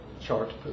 chart